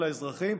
של האזרחים,